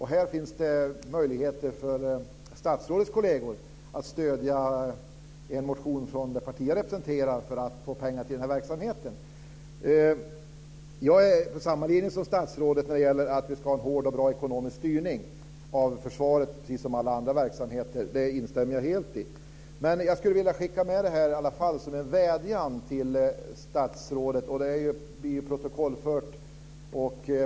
Här finns det möjlighet för statsrådets kolleger att stödja en motion från det parti jag representerar för att få pengar till den här verksamheten. Jag är på samma linje som statsrådet när det gäller att vi ska ha en hård och bra ekonomisk styrning av försvaret, precis som av alla andra verksamheter. Det instämmer jag helt i. Men jag skulle i alla fall vilja skicka med det här som en vädjan till statsrådet. Det blir ju protokollfört.